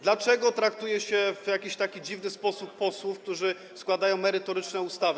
Dlaczego traktuje się w jakiś taki dziwny sposób posłów, którzy składają merytoryczne ustawy?